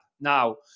Now